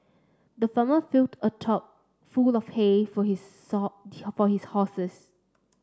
the farmer filled a trough full of hay for his for his horses